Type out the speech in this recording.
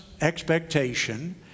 expectation